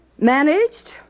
Managed